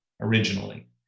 originally